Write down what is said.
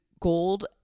gold